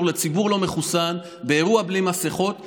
לציבור לא מחוסן באירוע בלי מסכות ובאוכל.